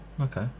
Okay